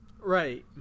Right